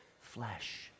Flesh